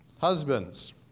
Husbands